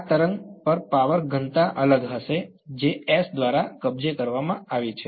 આ તરંગ પર પાવર ઘનતા અલગ હશે જે S દ્વારા કબજે કરવામાં આવી છે